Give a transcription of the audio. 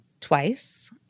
twice